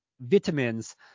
vitamins